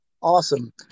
Awesome